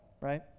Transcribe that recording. right